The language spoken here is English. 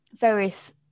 various